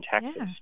texas